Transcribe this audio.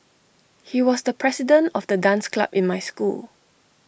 he was the president of the dance club in my school